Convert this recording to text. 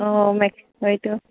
অঁ হয়তো